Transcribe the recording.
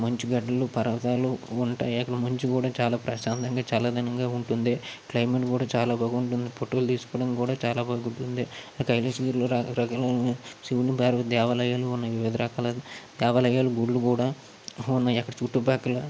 మంచు గడ్డలు పర్వతాలు ఉంటాయి అక్కడ మంచు కూడా చాలా ప్రశాంతంగా చల్లదనంగా ఉంటుంది క్లైమేట్ కూడా చాలా బాగుంటుంది ఫోటోలు తీసుకుకోవడం కూడా చాలా బాగుంటుంది ఆ కైలాసగిరిలో ర రకలైన శివుని పార్వతి దేవాలయాలు ఉన్నవి వివిధ రకాల దేవాలయాలు గుడులు కూడా ఉన్నాయి అక్కడ చుట్టుపక్కల